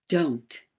don't!